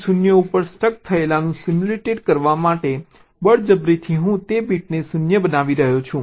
તેથી 0 ઉપર સ્ટક થયેલાનું સિમ્યુલેટ કરવા માટે બળજબરીથી હું તે બીટને 0 બનાવી રહ્યો છું